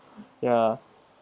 ya